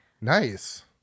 nice